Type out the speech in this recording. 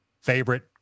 favorite